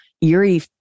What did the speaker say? eerie